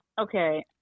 Okay